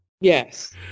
Yes